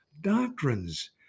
doctrines